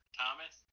thomas